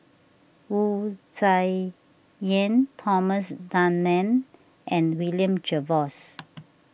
Wu Tsai Yen Thomas Dunman and William Jervois